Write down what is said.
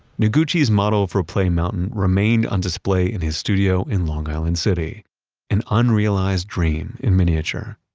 noguchi's model for play mountain remained on display in his studio in long island city an unrealized dream in miniature.